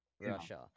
Russia